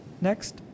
Next